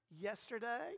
yesterday